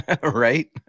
Right